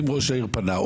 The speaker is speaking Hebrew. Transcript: אם השר פנה,